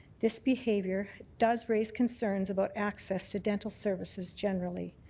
this behaviour does raise concerns about access to dental services generally.